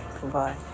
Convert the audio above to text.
Goodbye